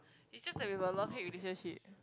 it's just that we have a love hate relationship